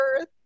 earth